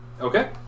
Okay